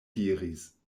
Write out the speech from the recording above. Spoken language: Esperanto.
diris